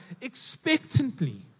expectantly